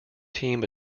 team